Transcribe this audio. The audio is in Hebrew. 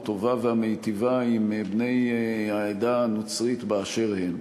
הטובה והמיטיבה עם בני העדה הנוצרית באשר הם.